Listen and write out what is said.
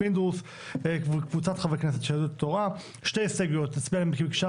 אני פותח את ישיבת ועדת הפנים והגנת הסביבה בנושא שכירות